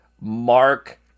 Mark